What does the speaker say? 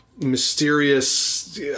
Mysterious